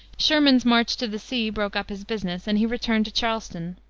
sherman's march to the sea broke up his business, and he returned to charleston.